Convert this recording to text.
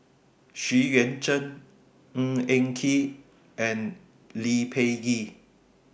Xu Yuan Zhen Ng Eng Kee and Lee Peh Gee